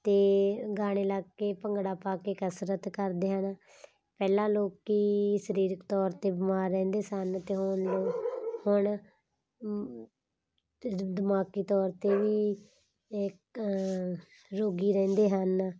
ਅਤੇ ਗਾਣੇ ਲਾ ਕੇ ਭੰਗੜਾ ਪਾ ਕੇ ਕਸਰਤ ਕਰਦੇ ਹਨ ਪਹਿਲਾਂ ਲੋਕ ਸਰੀਰਿਕ ਤੌਰ 'ਤੇ ਬਿਮਾਰ ਰਹਿੰਦੇ ਸਨ ਅਤੇ ਹੁਣ ਹੁਣ ਦਿਮਾਗੀ ਤੌਰ 'ਤੇ ਵੀ ਇੱਕ ਰੋਗੀ ਰਹਿੰਦੇ ਹਨ